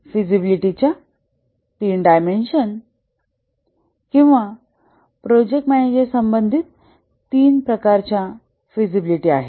फिजिबिलिटीच्या 3 dimension किंवा project manager संबंधित 3 प्रकारच्या फिजिबिलिटी आहेत